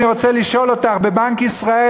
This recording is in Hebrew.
אני רוצה לשאול אותך: בבנק ישראל,